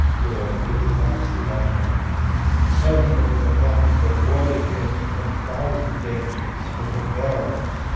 good aaron, give his majesty my hand tell him it was a hand that warded him from thousand dangers bid him bury it.